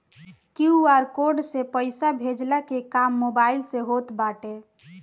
QR code से पईसा भेजला के काम मोबाइल से होत बाटे